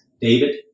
David